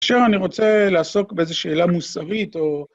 כשאני רוצה לעסוק באיזושהי שאלה מוסרית או...